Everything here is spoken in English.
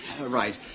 right